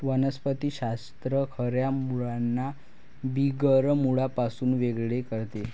वनस्पति शास्त्र खऱ्या मुळांना बिगर मुळांपासून वेगळे करते